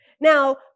now